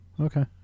Okay